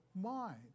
mind